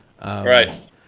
Right